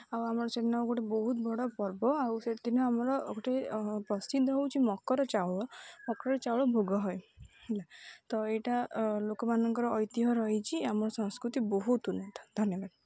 ଆଉ ଆମର ସେଦିନ ଗୋଟେ ବହୁତ ବଡ଼ ପର୍ବ ଆଉ ସେଦିନ ଆମର ଗୋଟେ ପ୍ରସିଦ୍ଧ ହେଉଛି ମକର ଚାଉଳ ମକର ଚାଉଳ ଭୋଗ ହୁଏ ହେଲା ତ ଏଇଟା ଲୋକମାନଙ୍କର ଐତିହ୍ୟ ରହିଛି ଆମର ସଂସ୍କୃତି ବହୁତ ଉନ୍ନତ ଧନ୍ୟବାଦ